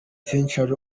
century